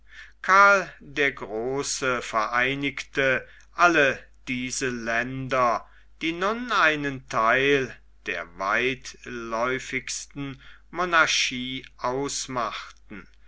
karl der große vereinigte alle diese länder die nun einen theil der weitläufigen monarchie ausmachten